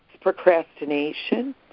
procrastination